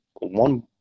one